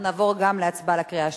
נעבור גם להצבעה בקריאה שלישית.